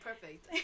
perfect